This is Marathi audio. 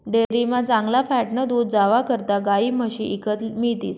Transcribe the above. डेअरीमा चांगला फॅटनं दूध जावा करता गायी म्हशी ईकत मिळतीस